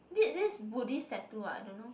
did this Buddhist tattoo ah don't know